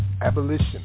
Abolition